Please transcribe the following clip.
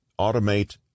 Automate